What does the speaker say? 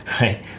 right